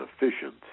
efficient